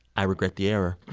i regret the error.